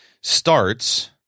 starts